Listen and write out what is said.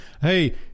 Hey